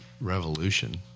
revolution